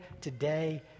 today